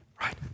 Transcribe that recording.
right